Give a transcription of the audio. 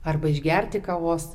arba išgerti kavos